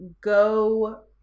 go